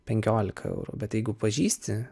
penkiolika eurų bet jeigu pažįsti